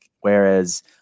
Whereas